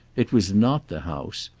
it was not the house.